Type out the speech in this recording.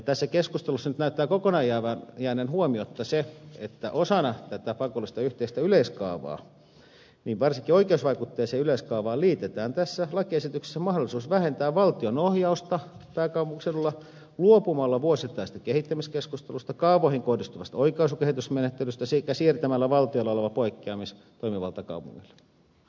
tässä keskustelussa nyt näyttää kokonaan jääneen huomiotta se että osana tätä pakollista yhteistä yleiskaavaa varsinkin oikeusvaikutteiseen yleiskaavaan liitetään tässä lakiesityksessä mahdollisuus vähentää valtion ohjausta pääkaupunkiseudulla luopumalla vuosittaisista kehittämiskeskusteluista ja kaavoihin kohdistuvasta oikaisukehitysmenettelystä sekä siirtämällä valtiolla oleva poikkeamistoimivalta kaupungille